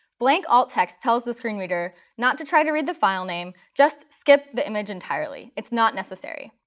blank alt text tells the screen reader not to try to read the file name, just skip the image entirely. it's not necessary.